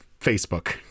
Facebook